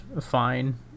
fine